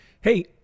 Hey